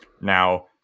now